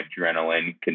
adrenaline